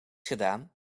gedaan